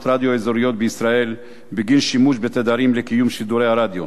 רדיו אזוריות בישראל בגין שימוש בתדרים לקיום שידורי הרדיו.